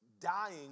dying